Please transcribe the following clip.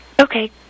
Okay